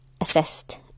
assist